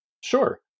Sure